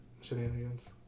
shenanigans